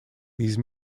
these